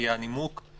כי הנימוק הדמוקרטי,